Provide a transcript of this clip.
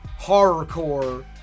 horrorcore